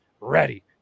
ready